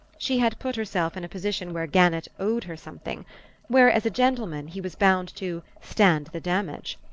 she had put herself in a position where gannett owed her something where, as a gentleman, he was bound to stand the damage.